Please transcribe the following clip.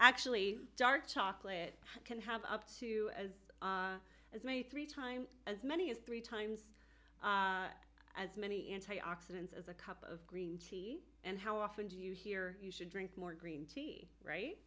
actually dark chocolate can have up to as many three times as many as three times as many antioxidants as a cup of green tea and how often do you hear you should drink more green tea